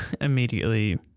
immediately